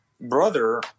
brother